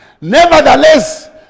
nevertheless